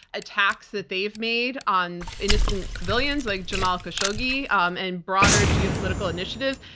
attacks that they've made on innocent civilians like jamal khashoggi, um and broader geopolitical initiatives.